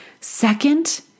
Second